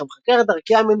שם חקר את דרכי הממשלות,